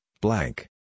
blank